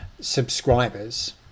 subscribers